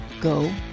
go